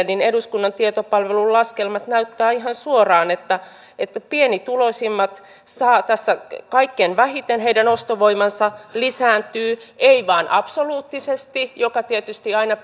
niin eduskunnan tietopalvelun laskelmat näyttävät ihan suoraan että että pienituloisimmat saavat tässä kaikkein vähiten heidän ostovoimansa lisääntyy vähiten ei vain absoluuttisesti kuten tietysti aina